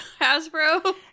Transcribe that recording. Hasbro